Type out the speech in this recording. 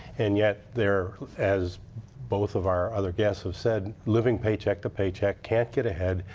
and yet, they're as both of our other guests have said, living paycheck to paycheck, can't get ahead,